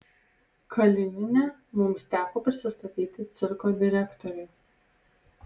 kalinine mums teko prisistatyti cirko direktoriui